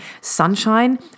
sunshine